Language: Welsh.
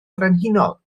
frenhinol